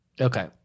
Okay